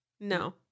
no